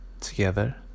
together